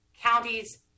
counties